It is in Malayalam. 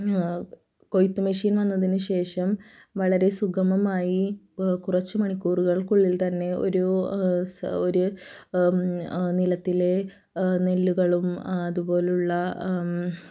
കൊയ്ത്തു മെഷീൻ വന്നതിന് ശേഷം വളരെ സുഗമമായി കുറച്ച് മണിക്കൂറുകൾക്കുള്ളിൽ തന്നെ ഒരു ഒരു നിലത്തിലെ നെല്ലുകളും അതുപോലുള്ള